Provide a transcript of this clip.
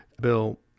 bill